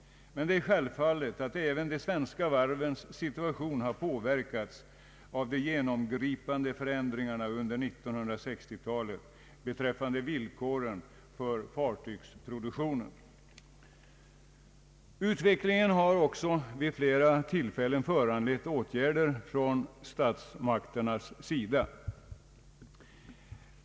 Men det är självfallet att även de svenska varvens situation har påverkats av de genomgripande förändringarna under 1960-talet beträffande villkoren för fartygsproduktionen. Utvecklingen har också vid flera tillfällen föranlett åtgärder från statsmakternas sida.